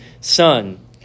son